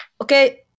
Okay